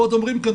עוד אומרים כאן,